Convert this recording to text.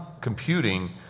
computing